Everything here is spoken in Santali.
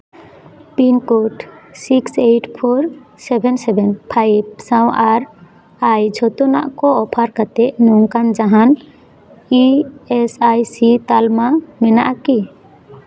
pin code six eight four seven seven five ᱥᱟᱶ ᱟᱨ ᱟᱭ ᱡᱷᱚᱛᱚᱱᱟᱜ ᱠᱚ ᱚᱯᱷᱟᱨ ᱠᱟᱛᱮᱫ ᱱᱚᱝᱠᱟᱱ ᱡᱟᱦᱟᱱ ᱤ ᱮᱥ ᱟᱭ ᱥᱤ ᱛᱟᱞᱢᱟ ᱢᱮᱱᱟᱜᱼᱟ ᱠᱤ